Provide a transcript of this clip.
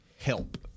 help